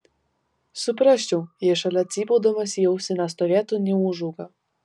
suprasčiau jei šalia cypaudamas į ausį nestovėtų neūžauga